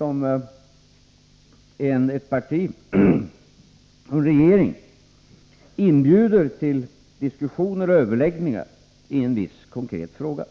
Om ett parti och en regering inbjuder till överläggningar i en viss konkret fråga